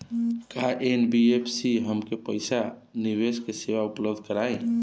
का एन.बी.एफ.सी हमके पईसा निवेश के सेवा उपलब्ध कराई?